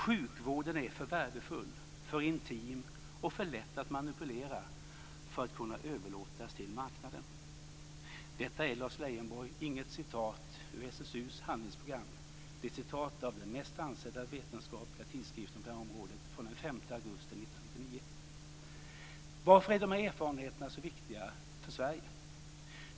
Sjukvården är för värdefull, för intim och för lätt att manipulera för att kunna överlåtas till marknaden." Detta är, Lars Leijonborg, inget citat ur SSU:s handlingsprogram. Det är ett citat ur den mest ansedda vetenskapliga tidskriften på det här området från den 5 augusti 1999. Varför är de här erfarenheterna så viktiga för Sverige?